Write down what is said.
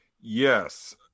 Yes